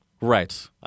Right